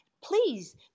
please